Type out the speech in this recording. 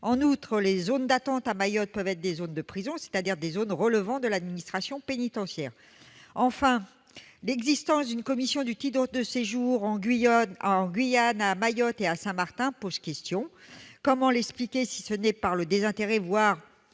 En outre, les zones d'attente à Mayotte peuvent être des zones de prison, relevant donc de l'administration pénitentiaire. Enfin, l'existence d'une commission du titre de séjour en Guyane, à Mayotte et à Saint-Martin pose question. Comment l'expliquer, si ce n'est par le désintérêt, voire